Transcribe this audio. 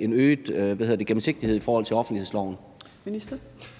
en øget gennemsigtighed i forhold til offentlighedsloven.